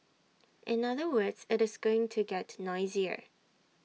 in other words IT is going to get noisier